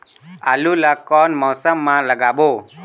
आलू ला कोन मौसम मा लगाबो?